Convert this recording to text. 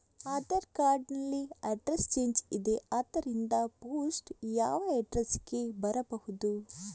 Aadhaar card ನಲ್ಲಿ address change ಇದೆ ಆದ್ದರಿಂದ ಪೋಸ್ಟ್ ಯಾವ ಅಡ್ರೆಸ್ ಗೆ ಬರಬಹುದು?